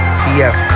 pf